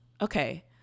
Okay